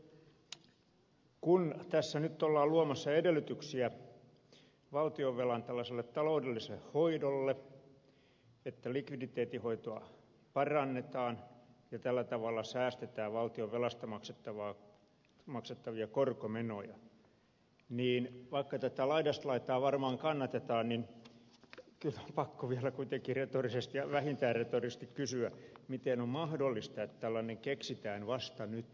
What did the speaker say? sitten kun tässä nyt ollaan luomassa edellytyksiä valtionvelan tällaiselle taloudelliselle hoidolle että likviditeetin hoitoa parannetaan ja tällä tavalla säästetään valtionvelasta maksettavia korkomenoja ja kun tätä laidasta laitaan varmaan kannatetaan niin kyllä on pakko vielä kuitenkin vähintään retorisesti kysyä miten on mahdollista että tällainen keksitään vasta nyt